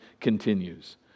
continues